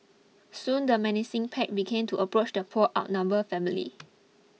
soon the menacing pack began to approach the poor outnumbered family